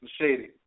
shady